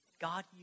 God